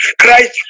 Christ